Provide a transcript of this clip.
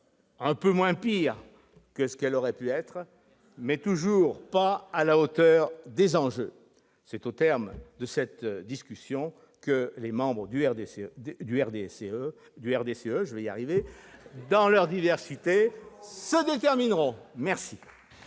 un peu moins pires que ce qu'ils auraient pu être, mais toujours pas à la hauteur des enjeux. C'est au terme de cette discussion que les membres du RDSE, dans leur diversité, se détermineront. La